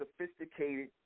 sophisticated